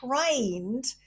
trained